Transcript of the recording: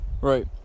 right